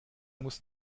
muss